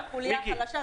להתחיל מהחוליה החלשה,